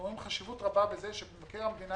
אנחנו רואים חשיבות רבה בזה שמבקר המדינה